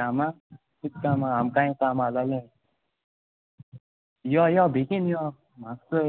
कामां कित् कामां आमकांय काम आल्होलें यो यो बेगीन यो म्हाक चोय